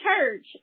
church